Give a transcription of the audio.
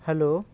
hello